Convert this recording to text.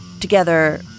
Together